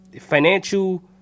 financial